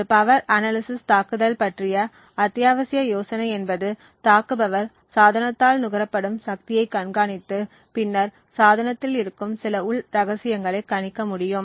ஒரு power analysis தாக்குதல் பற்றிய அத்தியாவசிய யோசனை என்பது தாக்குபவர் சாதனத்தால் நுகரப்படும் சக்தியைக் கண்காணித்து பின்னர் சாதனத்தில் இருக்கும் சில உள் ரகசியங்களை கணிக்க முடியும்